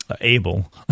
Able